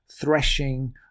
Threshing